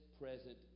present